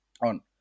on